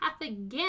again